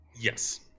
Yes